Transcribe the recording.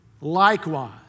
Likewise